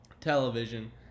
television